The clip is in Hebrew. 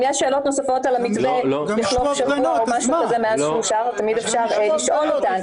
אם יש שאלות נוספות על המתווה מאז שאושר תמיד אפשר לשאול אותן,